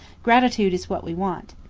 gratitude is what we want.